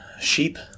Sheep